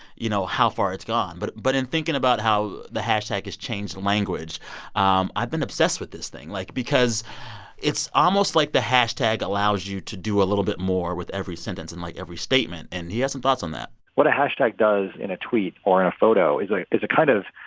you know, how far it's gone. but but in thinking about how the hashtag has changed language um i've been obsessed with this thing, like, because it's almost like the hashtag allows you to do a little bit more with every sentence and, like, every statement. and he has some thoughts on that what a hashtag does in a tweet or in a photo is a kind of,